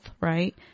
right